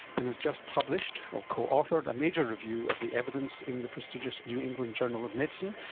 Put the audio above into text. and has just published or co-authored a major review of the evidence in the prestigious new england journal of medicine.